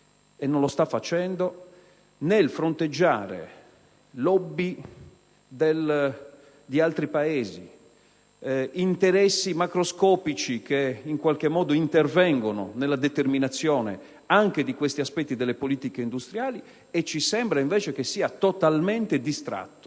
e non lo sta facendo - nel fronteggiare *lobby* di altri Paesi ed interessi macroscopici che intervengono nella determinazione anche di questi aspetti delle politiche industriali. Ci sembra invece che esso sia totalmente distratto